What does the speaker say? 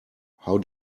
how